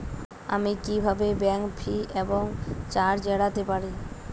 আমি কিভাবে bank fee এবং চার্জ এড়াতে পারি?